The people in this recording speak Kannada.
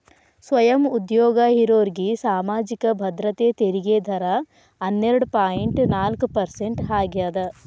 ಸ್ವಯಂ ಉದ್ಯೋಗ ಇರೋರ್ಗಿ ಸಾಮಾಜಿಕ ಭದ್ರತೆ ತೆರಿಗೆ ದರ ಹನ್ನೆರಡ್ ಪಾಯಿಂಟ್ ನಾಲ್ಕ್ ಪರ್ಸೆಂಟ್ ಆಗ್ಯಾದ